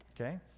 okay